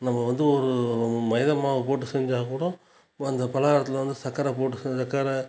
நம்ப வந்து ஒரு மைதா மாவு போட்டு செஞ்சால் கூட இப்போ அந்த பலகாரத்தில் வந்து சக்கரை போட்டு செஞ்சால் சக்கரை